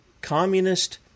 Communist